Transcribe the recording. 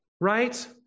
right